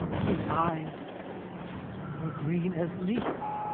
his eyes were green as leeks.